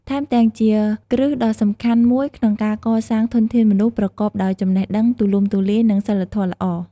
ថែមទាំង ជាគ្រឹះដ៏សំខាន់មួយក្នុងការកសាងធនធានមនុស្សប្រកបដោយចំណេះដឹងទូលំទូលាយ និងសីលធម៌ល្អ។